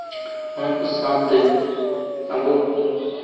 ᱚᱱᱟ ᱠᱚ ᱥᱟᱶᱛᱮ ᱟᱵᱚ